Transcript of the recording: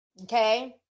Okay